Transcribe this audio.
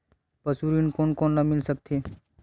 पशु ऋण कोन कोन ल मिल सकथे?